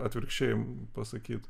atvirkščiai pasakyt